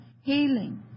healing